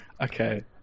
okay